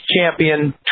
Champion